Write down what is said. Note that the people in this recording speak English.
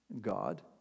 God